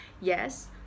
yes